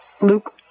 Luke